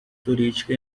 turística